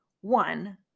one